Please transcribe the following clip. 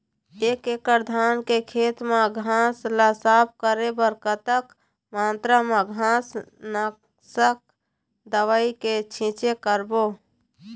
एक एकड़ धान के खेत मा घास ला साफ करे बर कतक मात्रा मा घास नासक दवई के छींचे करबो?